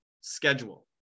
schedule